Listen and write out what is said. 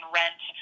rent